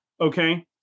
Okay